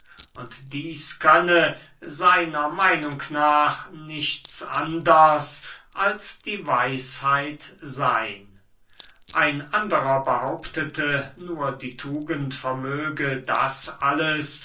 und dieß könne seiner meinung nach nichts anders als die weisheit seyn ein anderer behauptete nur die tugend vermöge das alles